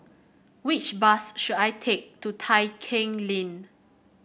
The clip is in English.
which bus should I take to Tai Keng Lane